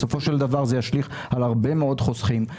בסופו של דבר זה ישליך על הרבה מאוד חוסכים.